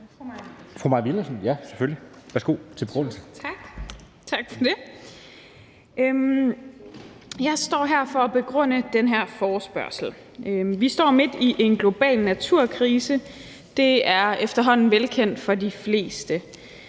Jeg står her for at begrunde den her forespørgsel. Vi står midt i en global naturkrise. Det er efterhånden velkendt for de fleste,